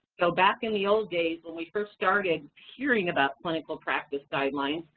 so back in the old days when we first started hearing about clinical practice guidelines,